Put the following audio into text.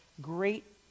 great